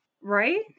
right